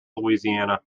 louisiana